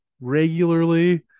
regularly